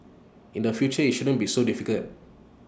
in the future IT shouldn't be so difficult